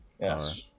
Yes